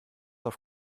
auf